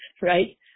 Right